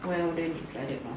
well then is like that lor